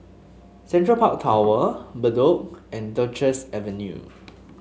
Central Park Tower Bedok and Duchess Avenue